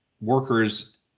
workers